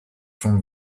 from